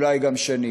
ואולי גם שנים.